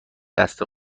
دست